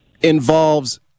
involves